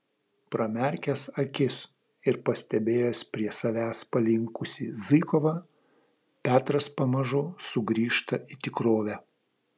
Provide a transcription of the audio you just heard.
pramerkęs akis ir pastebėjęs prie savęs palinkusį zykovą petras pamažu sugrįžta į tikrovę